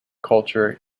cultural